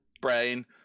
brain